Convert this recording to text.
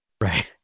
Right